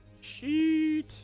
Sheet